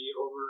over